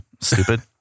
Stupid